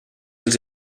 els